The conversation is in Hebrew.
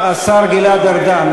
השר גלעד ארדן,